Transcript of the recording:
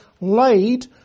laid